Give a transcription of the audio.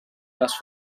les